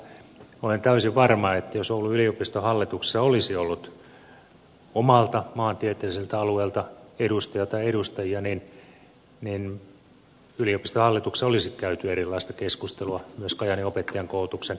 olen täysin varma että jos oulun yliopiston hallituksessa olisi ollut omalta maantieteelliseltä alueelta edustaja tai edustajia niin yliopiston hallituksessa olisi käyty erilaista keskustelua myös kajaanin opettajankoulutuksen lakkauttamisesta